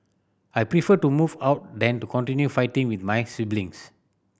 I prefer to move out than to continue fighting with my siblings